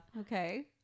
okay